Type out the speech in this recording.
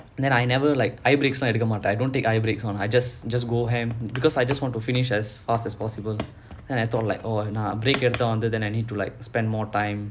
then I never like eye breaks எடுக்க மாட்டேன்:eduka maataen I don't take eye breaks [one] I just just go ham because I just want to finish as fast as possible then I thought like நான்:naan break எடுத்து வந்து:eduthu vanthu then I need to like spend more time